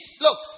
Look